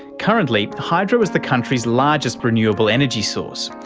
currently hydro is the country's largest renewable energy source,